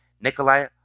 Nikolai